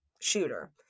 shooter